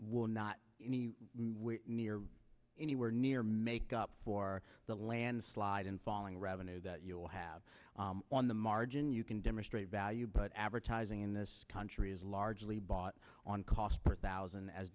will not any where near anywhere near make up for the landslide and falling revenue that you will have on the margin you can demonstrate value but advertising in this country is largely bought on cost per thousand as